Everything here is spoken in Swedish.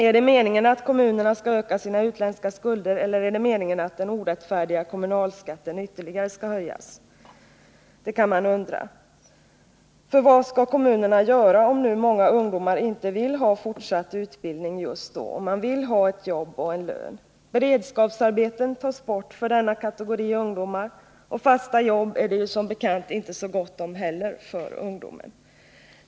Är det meningen att kommunerna skall öka sina utländska skulder eller är det meningen att den orättfärdiga kommunalskatten ytterligare skall höjas? För vad skall kommunerna göra om många ungdomar inte vill ha fortsatt utbildning just då, om de vill ha ett jobb och en lön? Beredskapsarbetena tas bort för denna kategori ungdomar, och fasta jobb är det som bekant inte så gott om heller för ungdomen.